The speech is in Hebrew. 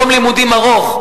יום לימודים ארוך,